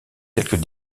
quelques